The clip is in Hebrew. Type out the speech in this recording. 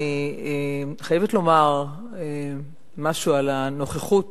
אני חייבת לומר משהו על הנוכחות